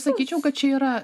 sakyčiau kad čia yra